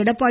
Edappadi